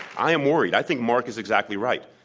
i am worried, i think mark is exactly right.